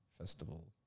Festival